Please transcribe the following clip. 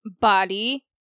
body